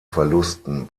verlusten